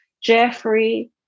Jeffrey